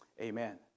Amen